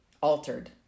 altered